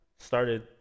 Started